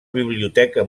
biblioteca